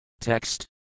Text